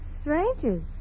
Strangers